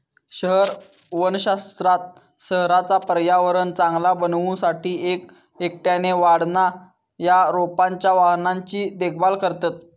शहर वनशास्त्रात शहराचा पर्यावरण चांगला बनवू साठी एक एकट्याने वाढणा या रोपांच्या वाहनांची देखभाल करतत